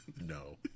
No